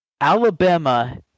Alabama